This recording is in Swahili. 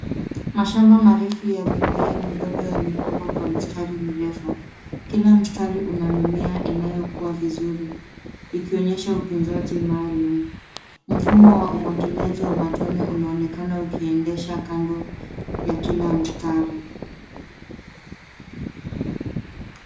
Mashamba marefu ya mimea midogo yamepangwa kwa mistari mirefu. Kila mstari una mimea inayokua vizuri ikionyesha utunzaji maalum. Mfumo wa umwagiliaji wa matone unaonekana ukiendesha kando ya kila mstari.